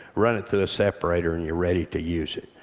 run it through the separator and you're ready to use it.